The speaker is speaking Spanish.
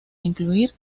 incluir